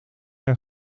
jij